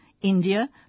India